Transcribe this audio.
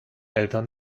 eltern